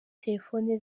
telefone